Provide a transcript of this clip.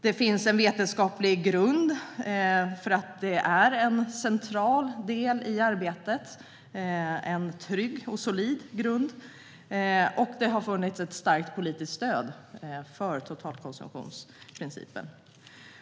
Den vetenskapliga grunden för att detta är en central del i det förebyggande arbetet är trygg och solid, och det har funnits ett starkt politiskt stöd för totalkonsumtionsprincipen.